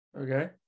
Okay